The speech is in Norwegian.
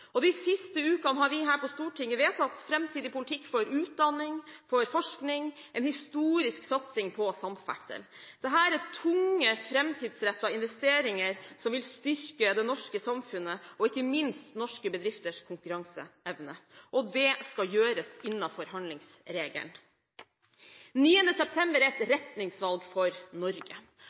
Og i de siste ukene har vi her på Stortinget vedtatt framtidig politikk for utdanning og forskning, og vi har vedtatt en historisk satsing på samferdsel. Dette er tunge og framtidsrettede investeringer, som vil styrke det norske samfunnet og ikke minst norske bedrifters konkurranseevne. Dette skal gjøres innenfor handlingsregelen. Den 9. september er et retningsvalg for Norge.